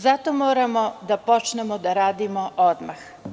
Zato moramo da počnemo da radimo odmah.